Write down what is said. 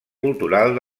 cultural